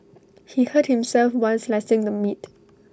he hurt himself while slicing the meat